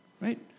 right